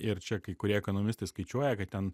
ir čia kai kurie ekonomistai skaičiuoja kad ten